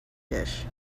dish